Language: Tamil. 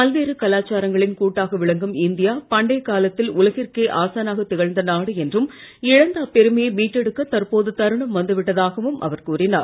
பல்வேறு கலாச்சாரங்களின் கூட்டாக விளங்கும் இந்தியா பண்டைக் காலத்தில் உலகிற்கே ஆசானாக திகழ்ந்த நாடு என்றும் இழந்த அப்பெருமையை மீட்டெடுக்க தற்போது தருணம் வந்துவிட்டதாகவும் அவர் கூறினார்